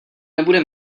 nebude